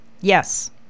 Yes